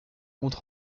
compte